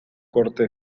corte